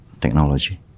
technology